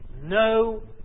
no